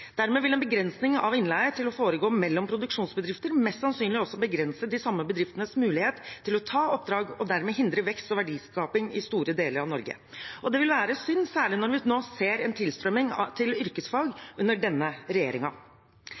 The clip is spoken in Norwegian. Dermed vil en begrensning av innleie til å foregå mellom produksjonsbedrifter mest sannsynlig også begrense de samme bedriftenes mulighet til å ta oppdrag og dermed hindre vekst og verdiskaping i store deler av Norge. Det vil være synd, særlig når vi nå ser en tilstrømming til yrkesfag under denne